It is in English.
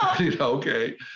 Okay